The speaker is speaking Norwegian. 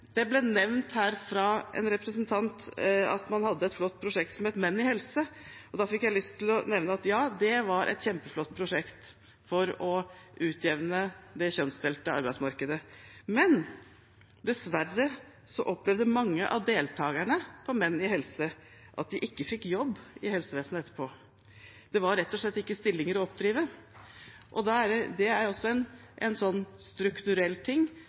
Det ble nevnt her fra en representant at man hadde et flott prosjekt som het Menn i helse. Da fikk jeg lyst til å nevne at ja, det var et kjempeflott prosjekt for å utjevne det kjønnsdelte arbeidsmarkedet, men dessverre opplevde mange av deltakerne på Menn i helse at de ikke fikk jobb i helsevesenet etterpå. Det var rett og slett ikke stillinger å oppdrive. Det er også en sånn strukturell ting